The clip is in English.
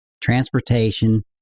transportation